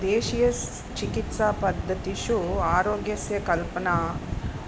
देशीय चिकित्सापद्धतिषु आरोग्यस्य कल्पना